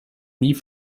nie